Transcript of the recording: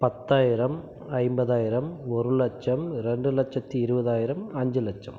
பத்தாயிரம் ஐம்பதாயிரம் ஒரு லட்சம் இரண்டு லட்சத்தி இருபதாயிரம் அஞ்சு லட்சம்